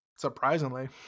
surprisingly